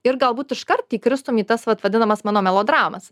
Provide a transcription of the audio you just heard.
ir galbūt iškart įkristum į tas vadinamas mano melodramas